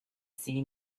scene